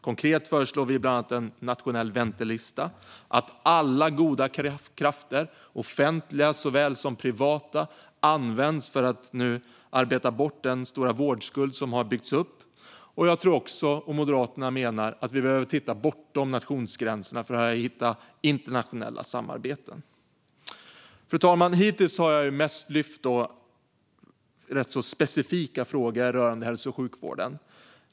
Konkret föreslår vi bland annat en nationell väntelista där att alla goda krafter - offentliga såväl som privata - används för att arbeta bort den stora vårdskuld som byggts upp. Jag och Moderaterna menar att vi behöver titta bortom nationsgränserna för att hitta internationella samarbeten. Fru talman! Hittills har jag mest lyft upp rätt specifika frågor rörande hälso och sjukvården.